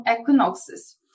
equinoxes